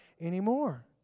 anymore